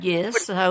Yes